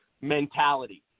mentality